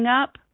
up